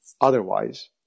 Otherwise